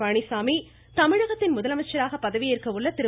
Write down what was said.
பழனிசாமி தமிழகத்தின் முதலமைச்சராக பதவியேற்க உள்ள திரு